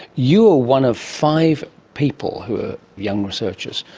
you were one of five people, who were young researchers,